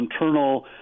internal